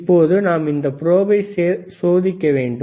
இப்போது நாம் இந்த ப்ரோபை சோதிக்க வேண்டும்